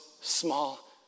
small